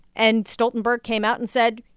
and stoltenberg came out and said,